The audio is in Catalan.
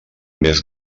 més